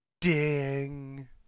ding